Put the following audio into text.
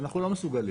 אנחנו לא מסוגלים.